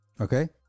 Okay